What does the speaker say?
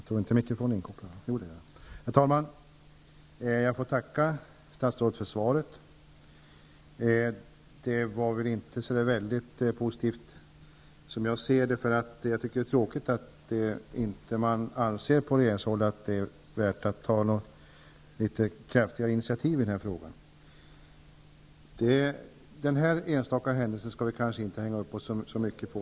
Herr talman! Jag tackar statsrådet för svaret. Men jag tycker inte att det är särskilt positivt. Jag tycker att det är tråkigt att man från regeringshåll inte anser det vara värt att ta litet kraftfullare initiativ i det här sammanhanget. Nämnda enstaka händelse skall vi kanske inte hänga upp oss så mycket på.